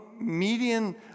median